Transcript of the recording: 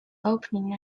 opening